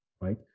right